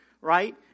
right